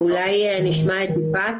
אולי נשמע את יפעת?